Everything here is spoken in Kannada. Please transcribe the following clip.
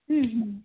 ಹ್ಞೂ ಹ್ಞೂ